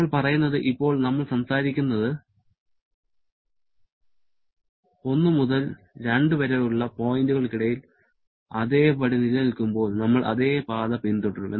നമ്മൾ പറയുന്നത് ഇപ്പോൾ നമ്മൾ സംസാരിക്കുന്നത് 1 മുതൽ 2 വരെ ഉള്ള പോയിന്റുകൾ അതേപടി നിലനിൽക്കുമ്പോൾ നമ്മൾ അതേ പാത പിന്തുടരും